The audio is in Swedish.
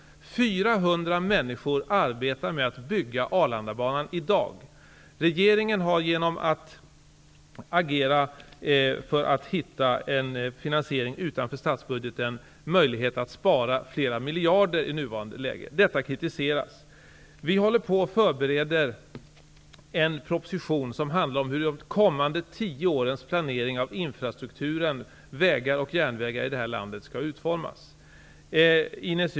400 människor arbetar med att bygga Arlandabanan i dag. Regeringen har genom att agera för att finna en finansiering utanför statsbudgeten möjlighet att spara flera miljarder i nuvarande läge. Detta kritiseras. Vi håller på att förbereda en proposition som handlar om hur de kommande tio årens planering av infrastrukturen -- vägar och järnvägar -- skall utformas i detta land.